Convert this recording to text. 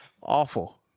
Awful